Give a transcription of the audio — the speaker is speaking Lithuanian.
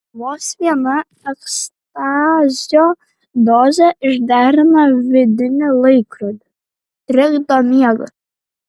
vos viena ekstazio dozė išderina vidinį laikrodį trikdo miegą